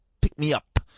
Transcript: pick-me-up